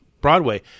Broadway